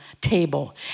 table